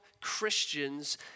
Christians